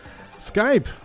Skype